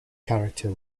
character